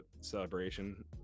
celebration